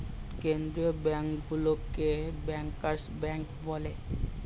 কেন্দ্রীয় ব্যাঙ্কগুলোকে bankers bank বলে